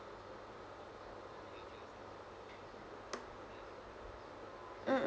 mm